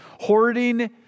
hoarding